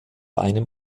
einem